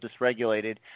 dysregulated